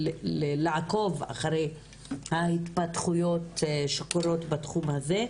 הצלחנו לעקוב אחרי ההתפתחויות שקורות בתחום הזה.